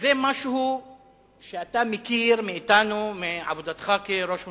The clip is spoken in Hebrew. זה משהו שאתה מכיר מאתנו מעבודתך כראש ממשלה,